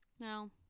No